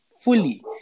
fully